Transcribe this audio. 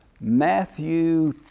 Matthew